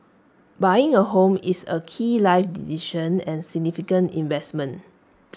buying A home is A key life decision and significant investment